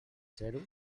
zero